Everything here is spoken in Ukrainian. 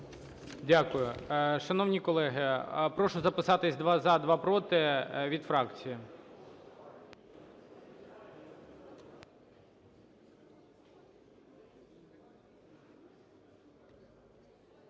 Дякую. Шановні колеги, прошу записатись два – за, два – проти від фракцій.